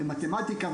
ממתמטיקה,